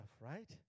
Right